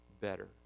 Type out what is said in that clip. better